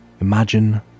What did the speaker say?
Imagine